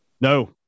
No